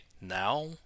now